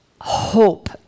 hope